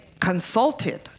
consulted